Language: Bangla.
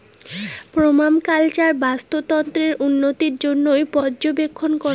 পার্মাকালচার বাস্তুতন্ত্রের উন্নতির জইন্যে পর্যবেক্ষণ করাং